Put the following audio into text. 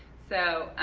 so,